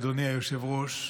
אדוני היושב-ראש,